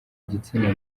gitsina